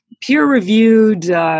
peer-reviewed